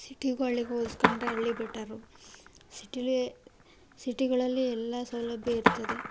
ಸಿಟಿಗಳಿಗೆ ಹೋಲಿಸ್ಕೊಂಡ್ರೆ ಹಳ್ಳಿ ಬೆಟರು ಸಿಟಿಲಿ ಸಿಟಿಗಳಲ್ಲಿ ಎಲ್ಲ ಸೌಲಭ್ಯ ಇರ್ತದೆ